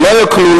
שלא היו כלולים,